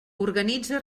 organitza